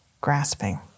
grasping